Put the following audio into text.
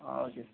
okay sir